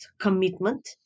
commitment